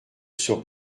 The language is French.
sur